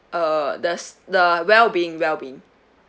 uh there's the wellbeing wellbeing